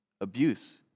abuse